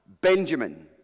Benjamin